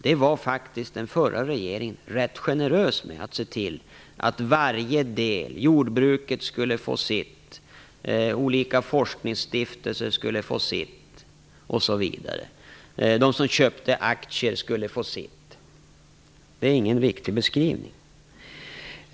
Den förra regeringen var faktiskt rätt generös med att se till att varje del skulle få sitt: jordbruket skulle få sitt, olika forskningsstiftelser skulle få sitt, de som köpte aktier skulle få sitt osv. Det är ingen viktig beskrivning.